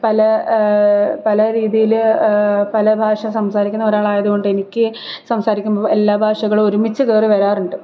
പല പല രീതിയിൽ പല ഭാഷ സംസാരിക്കുന്ന ഒരാൾ ആയതുകൊണ്ട് എനിക്ക് സംസാരിക്കുമ്പോൾ എല്ലാ ഭാഷകളും ഒരുമിച്ച് കയറി വരാറുണ്ട്